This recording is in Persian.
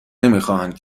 نمیخواهند